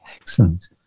excellent